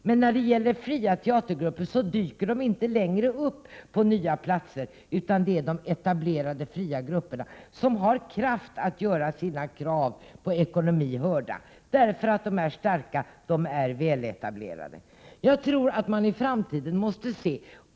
Men när det gäller fria teatergrupper dyker de inte längre upp på nya platser, i motsats till de etablerade fria grupperna som har kraft att göra sina krav gällande när det gäller ekonomin, eftersom de är starka och väletablerade.